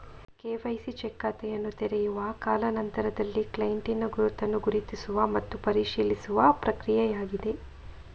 KYC check ಖಾತೆಯನ್ನು ತೆರೆಯುವ ಕಾಲಾ ನಂತರದಲ್ಲಿ ಕ್ಲೈಂಟಿನ ಗುರುತನ್ನು ಗುರುತಿಸುವ ಮತ್ತು ಪರಿಶೀಲಿಸುವ ಪ್ರಕ್ರಿಯೆಯಾಗಿದೆ